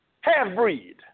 half-breed